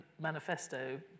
manifesto